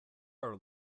are